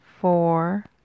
four